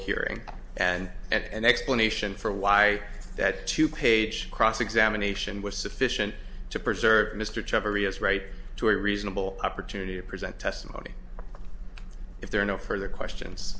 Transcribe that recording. hearing and at an explanation for why that two page cross examination was sufficient to preserve mr chivery as right to a reasonable opportunity to present testimony if there are no further questions